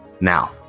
Now